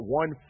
one